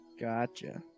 Gotcha